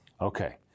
Okay